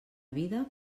vida